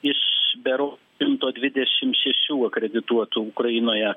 iš berods šimtas dvidešimt šešių akredituotų ukrainoje